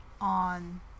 on